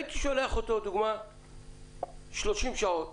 הייתי שולח אותו לדוגמה ל-30 שעות